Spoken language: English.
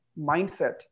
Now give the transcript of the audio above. mindset